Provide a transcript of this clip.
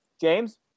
James